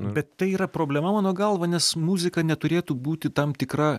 bet tai yra problema mano galva nes muzika neturėtų būti tam tikra